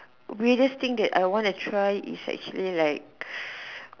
weirdest thing that I want to try is actually like